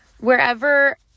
wherever